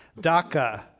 daca